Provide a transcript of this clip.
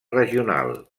regional